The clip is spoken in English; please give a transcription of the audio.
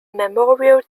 memorial